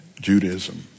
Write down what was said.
Judaism